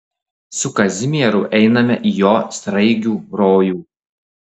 su kazimieru einame į jo sraigių rojų